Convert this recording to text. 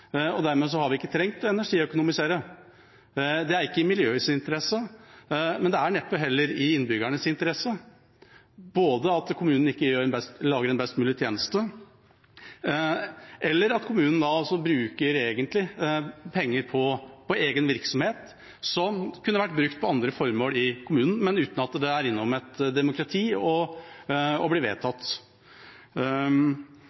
og dermed har man ikke trengt å energiøkonomisere. Det er ikke i miljøets interesse, neppe heller i innbyggernes, at kommunen ikke lager en best mulig tjeneste, eller at kommunen egentlig bruker penger på egen virksomhet som kunne vært brukt på andre formål i kommunen – uten at det er innom et demokrati og blir